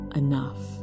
enough